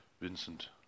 Vincent